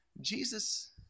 Jesus